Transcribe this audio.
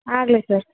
ಆಗಲಿ ಸರ್